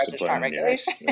regulation